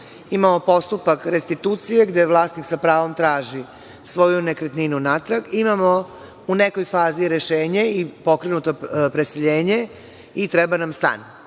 imamo postupak restitucije gde vlasnik s pravom traži svoju nekretninu natrag, imamo u nekoj fazi rešenje i pokrenuto preseljenje i treba nam stan.